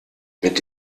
mit